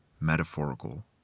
metaphorical